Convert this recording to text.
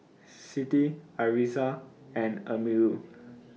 Siti Arissa and Amirul